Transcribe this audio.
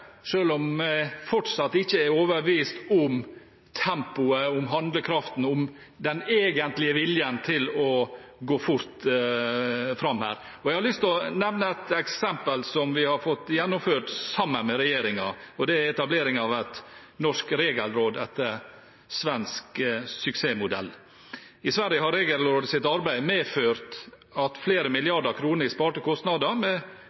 om jeg fortsatt ikke er overbevist om tempoet, om handlekraften, om den egentlige viljen til å gå fort fram her. Jeg har lyst til å nevne et eksempel på noe vi har fått gjennomført sammen med regjeringen, og det er etablering av et norsk regelråd, etter svensk suksessmodell. I Sverige har Regelrådets arbeid medført flere milliarder kroner i sparte kostnader